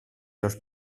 los